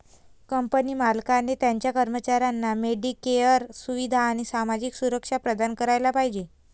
company मालकाने त्याच्या कर्मचाऱ्यांना मेडिकेअर सुविधा आणि सामाजिक सुरक्षा प्रदान करायला पाहिजे